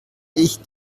ich